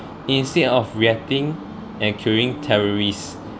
instead of reacting and curing terrorists